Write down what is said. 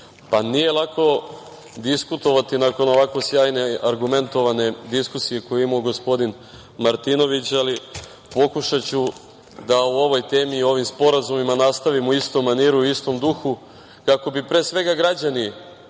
nije lako diskutovati nakon ovako sjajne i argumentovane diskusije koju je imao gospodin Martinović, ali pokušaću da o ovoj temi i ovim sporazumima nastavim u istom maniru, istom duhu, kako bi, pre svega, građani